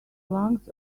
lungs